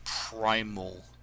primal